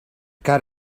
car